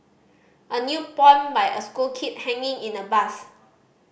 a new poem by a school kid hanging in a bus